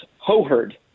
Hoherd